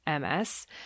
MS